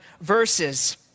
verses